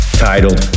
titled